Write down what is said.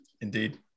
Indeed